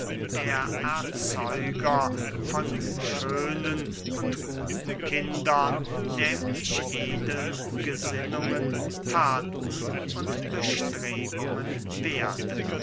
der erzeuger von schönen und guten kindern nehmlich edeln gesinnungen thaten und bestrebungen werde